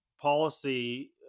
policy